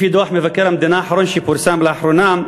לפי דוח מבקר המדינה האחרון שפורסם לאחרונה,